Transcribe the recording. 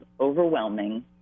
overwhelming